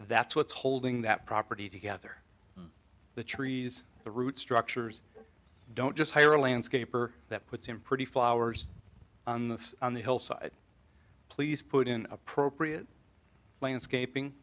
that's what's holding that property together the trees the root structures don't just hire a landscaper that puts in pretty flowers on the hillside please put in appropriate landscaping